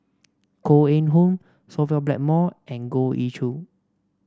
Koh Eng Hoon Sophia Blackmore and Goh Ee Choo